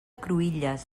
cruïlles